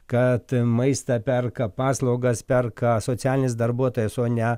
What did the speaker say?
kad maistą perka paslaugas perka socialinis darbuotojas o ne